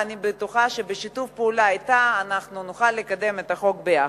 ואני בטוחה שבשיתוף פעולה אתה אנחנו נוכל לקדם את החוק ביחד.